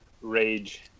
rage